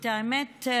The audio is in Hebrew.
האמת,